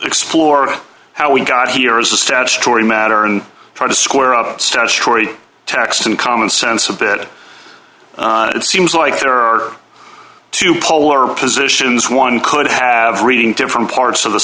explore how we got here is a statutory matter and try to square up statutory tax and common sense a bit it seems like there are two polar positions one could have reading different parts of the